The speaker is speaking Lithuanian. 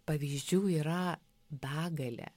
pavyzdžių yra begalė